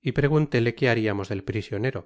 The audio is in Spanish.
y preguntóle que hariamos del prisionero